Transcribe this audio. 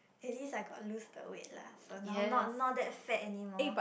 at least I got loose the weight lah for now not not that fat anymore